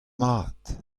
mat